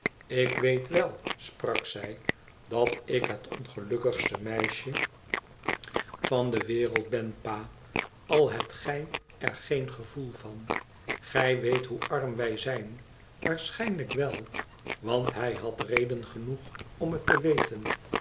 ik weet wèl sprak zij idat ik het ongelukkigste meisje van de wereld ben pa al hebt gij er geen gevoel van gij weet hoe arm wij zijn waarschijnlijk wel want hij had reden genoeg om het te weten